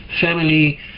family